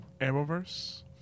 Arrowverse